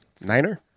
Niner